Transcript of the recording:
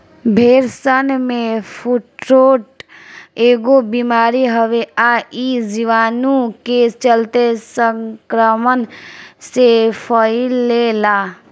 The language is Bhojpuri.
भेड़सन में फुट्रोट एगो बिमारी हवे आ इ जीवाणु के चलते संक्रमण से फइले ला